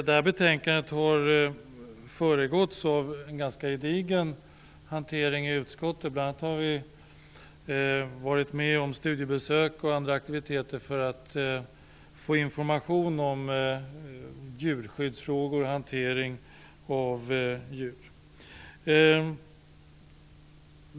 Detta betänkande har föregåtts av en ganska gedigen hantering i utskottet. Bl.a. har vi gjort studiebesök och haft andra aktiviteter för att få information om djurskyddsfrågor och om hantering av djur.